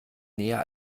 näher